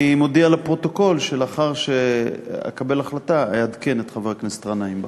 אני מודיע לפרוטוקול שלאחר שאקבל החלטה אעדכן את חבר הכנסת גנאים לגביה.